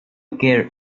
care